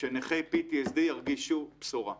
שנכי PTSD ירגישו בשורה.